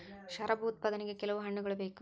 ಶರಾಬು ಉತ್ಪಾದನೆಗೆ ಕೆಲವು ಹಣ್ಣುಗಳ ಬೇಕು